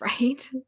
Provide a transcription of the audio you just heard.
right